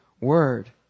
word